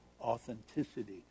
authenticity